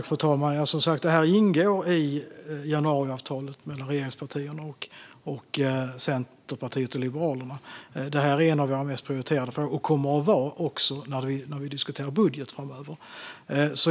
Fru talman! Detta ingår som sagt i januariavtalet mellan regeringspartierna och Centerpartiet och Liberalerna. Detta är en av våra mest prioriterade frågor och kommer att vara det också när vi diskuterar budget framöver.